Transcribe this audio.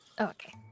okay